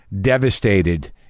devastated